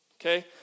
Okay